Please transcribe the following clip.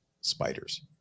spiders